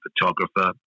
photographer